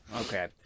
Okay